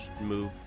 move